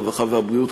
הרווחה והבריאות,